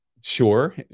sure